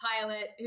pilot